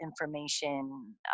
information